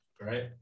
right